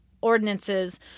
ordinances